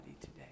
today